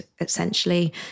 essentially